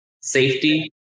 safety